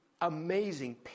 amazing